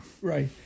Right